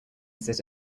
sit